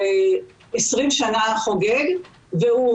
שאגב הם עושים עבודת קודש קודשים,